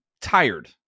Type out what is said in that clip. tired